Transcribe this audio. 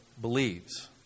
believes